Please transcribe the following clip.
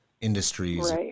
industries